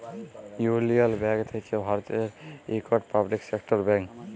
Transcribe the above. ইউলিয়ল ব্যাংক থ্যাকে ভারতের ইকট পাবলিক সেক্টর ব্যাংক